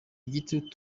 igitutu